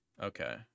Okay